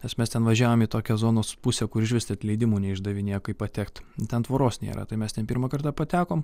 nes mes ten važiavom į tokią zonos pusę kur išvis net leidimų neišdavinėjo kaip patekt ten tvoros nėra tai mes ten pirmąkart patekom